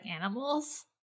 animals